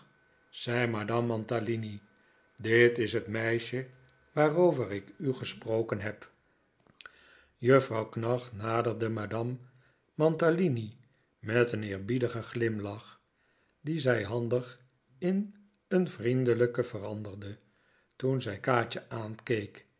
zei madame mantalini dit is het meisje waarover ik u gesproken heb juffrouw knag naderde madame mantalini met een eerbiedigen glimlach dien zij handig in een vriendelijken veranderde toen zij kaatje